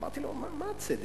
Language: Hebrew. אמרתי לו: מה צדק?